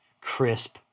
crisp